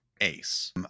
Ace